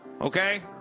Okay